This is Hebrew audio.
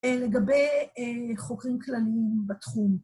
לגבי חוקרים כלליים בתחום